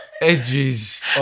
edges